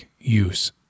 use